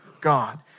God